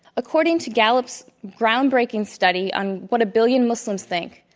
according to gallup's ground breaking study on what a billion muslims think,